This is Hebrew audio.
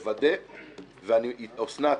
אוסנת,